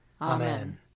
Amen